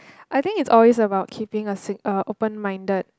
I think it's always about keeping a thing ah open minded